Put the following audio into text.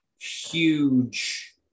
huge